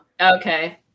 okay